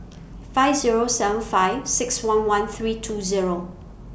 five Zero seven five six one one three two Zero